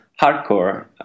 hardcore